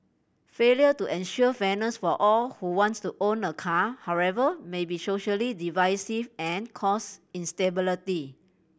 failure to ensure fairness for all who wants to own a car however may be socially divisive and cause instability